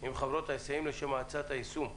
עם חברות ההיסעים לשם הצעת היישום.